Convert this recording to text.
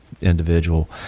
individual